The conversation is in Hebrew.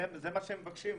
זה מה שהם מבקשים.